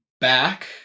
back